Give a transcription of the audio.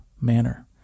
manner